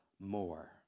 more